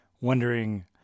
wondering